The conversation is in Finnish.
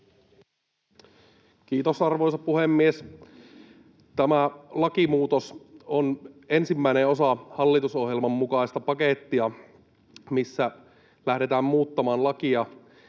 Kiitos, arvoisa puhemies! Tämä lakimuutos on ensimmäinen osa hallitusohjelman mukaista pakettia, missä lähdetään muuttamaan lakia